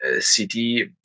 CD